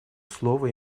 слово